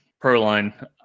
ProLine